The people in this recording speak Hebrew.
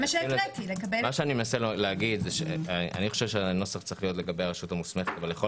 אני חושב שהנוסח צריך להיות לגבי הרשות המוסמכת אבל לכל